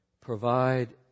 provide